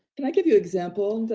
can i give you example?